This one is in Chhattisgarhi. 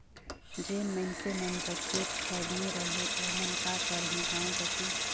जेन मइनसे मन जग खेत खाएर नी रहें ओमन का करहीं गाँव कती